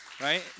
right